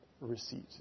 receipt